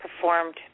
performed